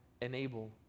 enable